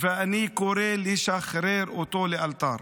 ואני קורא לשחרר אותו לאלתר.